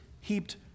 heaped